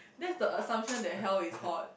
that's the assumption that hell is hot